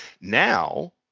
Now